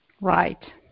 Right